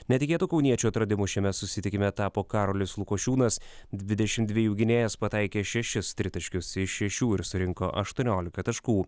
netikėtu kauniečių atradimu šiame susitikime tapo karolis lukošiūnas dvidešimt dvejų gynėjas pataikė šešis tritaškius iš šešių ir surinko aštuoniolika taškų